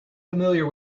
familiar